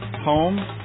home